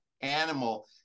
animal